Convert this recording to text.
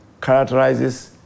characterizes